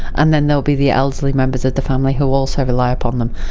and then there'll be the elderly members of the family who also rely upon them.